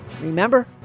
Remember